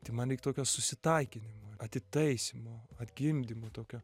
tai man reik tokio susitaikinimo atitaisymo atgimdymo tokio